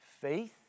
faith